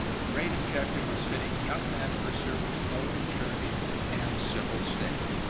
the great objective was fitting young men for service both in church and civil state.